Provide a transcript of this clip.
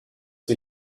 wir